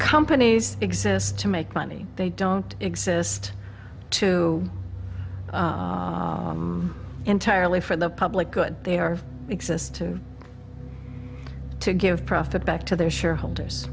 companies exist to make money they don't exist to entirely for the public good they are exist to give profit back to their shareholders